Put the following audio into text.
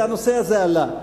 והנושא עלה,